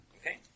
Okay